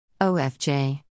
OFJ